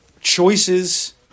choices